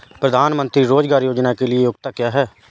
प्रधानमंत्री रोज़गार योजना के लिए योग्यता क्या है?